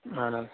اَہَن حظ